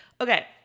Okay